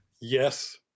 Yes